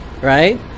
right